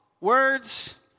words